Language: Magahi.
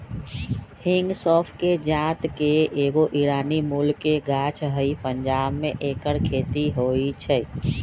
हिंग सौफ़ कें जात के एगो ईरानी मूल के गाछ हइ पंजाब में ऐकर खेती होई छै